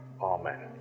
Amen